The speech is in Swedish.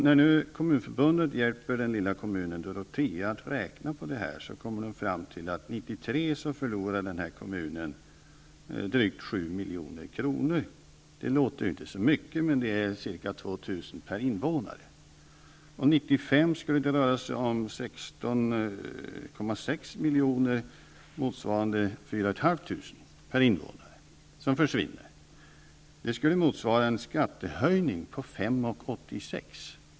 När Kommunförbundet nu hjälpt den lilla kommunen Dorotea att räkna på det här har man kommit fram till att kommunen 1993 förlorar drygt 7 milj.kr. Det låter inte så mycket, men det är ca 2 000 kr. per invånare. År 1995 skulle det röra sig om 16,6 milj.kr., motsvarande 4 500 per invånare, som försvinner. Det skulle motsvara en skattehöjning på 5:86.